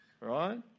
right